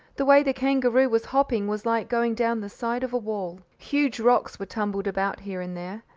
the way the kangaroo was hopping was like going down the side of a wall. huge rocks were tumbled about here and there.